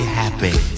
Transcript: happy